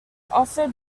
offered